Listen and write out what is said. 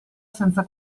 senza